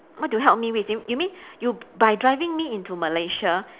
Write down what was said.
what do you help me with you you mean you by driving me into Malaysia